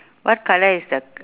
what colour is the